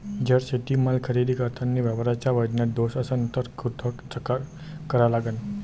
जर शेतीमाल खरेदी करतांनी व्यापाऱ्याच्या वजनात दोष असन त कुठ तक्रार करा लागन?